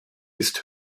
ist